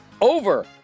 over